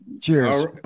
Cheers